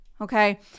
okay